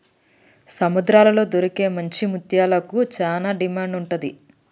సముద్రాల్లో దొరికే మంచి ముత్యాలకు చానా డిమాండ్ ఉంటది